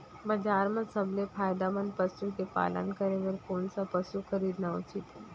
बजार म सबसे फायदामंद पसु के पालन करे बर कोन स पसु खरीदना उचित हे?